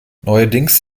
neuerdings